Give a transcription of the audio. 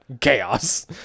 Chaos